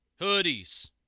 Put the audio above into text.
hoodies